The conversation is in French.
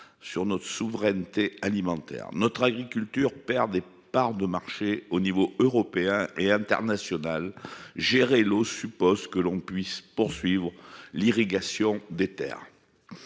sur notre souveraineté alimentaire. Notre agriculture perd des parts de marché aux échelons européen et international. Gérer l'eau suppose que l'on puisse poursuivre l'irrigation des terres.